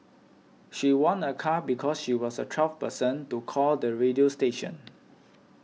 she won a car because she was the twelfth person to call the radio station